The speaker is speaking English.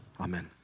Amen